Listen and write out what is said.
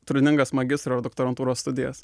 turiningas magistro ir doktorantūros studijas